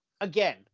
Again